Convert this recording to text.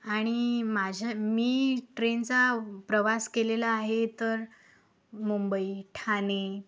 आणि माझ्या मी ट्रेनचा प्रवास केलेला आहे तर मुंबई ठाणे